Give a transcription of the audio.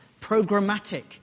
programmatic